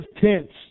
tents